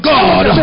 God